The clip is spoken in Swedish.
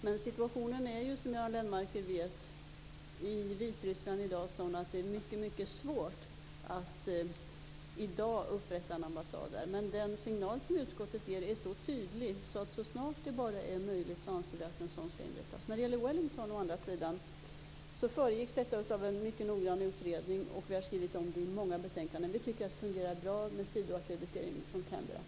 Men situationen i Vitryssland är i dag, som Göran Lennmarker vet, sådan att det är mycket svårt att nu upprätta en ambassad där. Den signal som utskottet ger är dock mycket tydlig: Vi anser att en sådan ska inrättas så snart det bara är möjligt. När det å andra sidan gäller Wellington föregicks ställningstagandet av en mycket noggrann utredning, och vi har skrivit om detta i många betänkanden. Vi tycker att det fungerar bra med en sidoackreditering från Canberra.